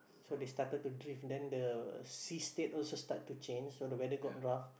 so they started to drift then the sea state also start to change so the weather got rough